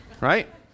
right